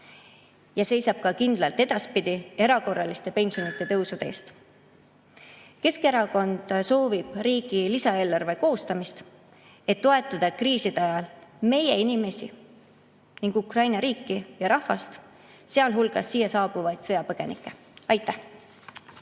ja seisab kindlalt ka edaspidi erakorraliste pensionitõusude eest. Keskerakond soovib riigi lisaeelarve koostamist, et toetada kriiside ajal meie inimesi ning Ukraina riiki ja rahvast, sealhulgas siia saabuvaid sõjapõgenikke. Aitäh!